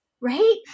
right